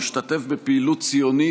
תנסה את פרשת השבוע,